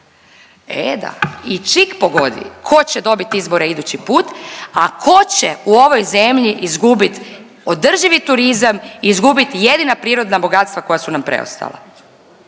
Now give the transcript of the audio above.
E da, i čik pogodi tko će dobit izbore idući put, a tko će u ovoj zemlji izgubit održivi turizam, izgubit jedina prirodna bogatstva koja su nam preostala.